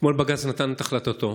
אתמול בג"ץ נתן את החלטתו,